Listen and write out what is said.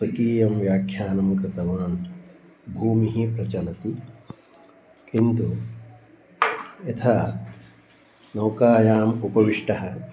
स्वकीयं व्याख्यानं कृतवान् भूमिः प्रचलति किन्तु यथा नौकायाम् उपविष्टः